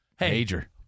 Major